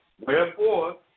Wherefore